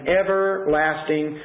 everlasting